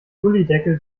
gullydeckel